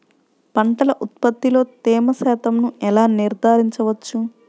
పంటల ఉత్పత్తిలో తేమ శాతంను ఎలా నిర్ధారించవచ్చు?